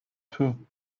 two